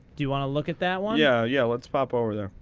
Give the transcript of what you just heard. do you want to look at that one? yeah. yeah, let's pop over there.